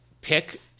pick